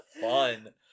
fun